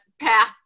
path